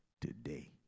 today